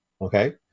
okay